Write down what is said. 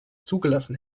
zugelassen